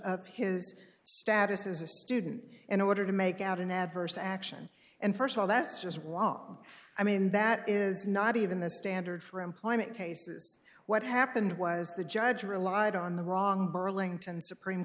of his status as a student in order to make out an adverse action and st of all that's just wrong i mean that is not even the standard for employment cases what happened was the judge relied on the wrong burlington supreme